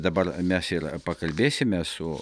dabar mes ir pakalbėsime su